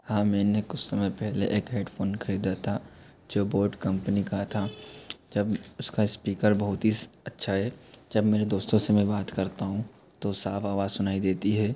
हाँ मैंने कुछ समय पहले एक हेडफोन खरीदा था जो बोट कंपनी का था जब उसका स्पीकर बहुत ही अच्छा है जब मेरे दोस्तों से मैं बात करता हूँ तो साफ़ आवाज सुनाई देती है